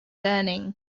learning